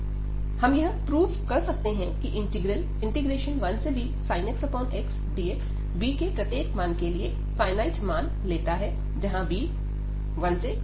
हम यह प्रूव सकते हैं कि integral 1bsin x x dx b के प्रत्येक मान के लिए फायनाइट मान लेता है जहां b1